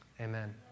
Amen